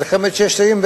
מלחמת ששת הימים,